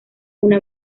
una